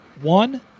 one